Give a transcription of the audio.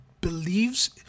believes